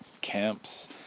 camps